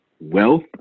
Wealth